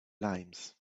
limes